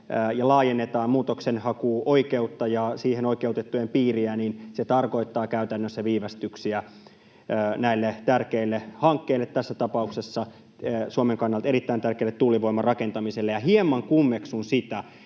ja laajennetaan muutoksenhakuoikeutta ja siihen oikeutettujen piiriä, niin se tarkoittaa käytännössä viivästyksiä näille tärkeille hankkeille, tässä tapauksessa Suomen kannalta erittäin tärkeälle tuulivoiman rakentamiselle. Ja hieman kummeksun sitä,